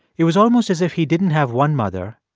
it was almost as if he didn't have one mother.